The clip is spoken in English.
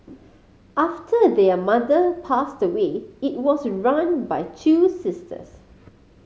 after their mother passed away it was run by two sisters